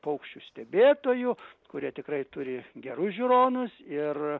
paukščių stebėtojų kurie tikrai turi gerus žiūronus ir